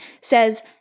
says